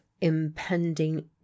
impending